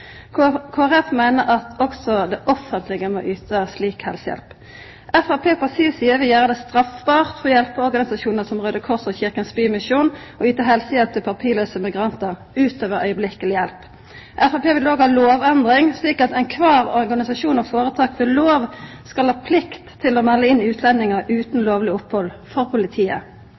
meiner at også det offentlege må yta slik helsehjelp. Framstegspartiet på si side vil gjera det straffbart for hjelpeorganisasjonar som Raudekrossen og Kirkens Bymisjon å yta helsehjelp til papirlause migrantar utover øyeblikkeleg hjelp. Framstegspartiet vil òg ha lovendring slik at alle organisasjonar og føretak ved lov skal ha plikt til å melda inn utlendingar utan lovleg opphald for politiet.